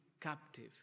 captive